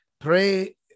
pray